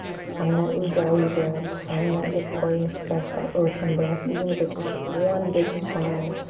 find that ujjayi breath, find that victorious breath, that ocean breath even if it's just one big sigh.